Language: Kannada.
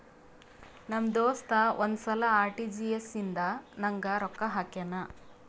ನಮ್ ದೋಸ್ತ ಒಂದ್ ಸಲಾ ಆರ್.ಟಿ.ಜಿ.ಎಸ್ ಇಂದ ನಂಗ್ ರೊಕ್ಕಾ ಹಾಕ್ಯಾನ್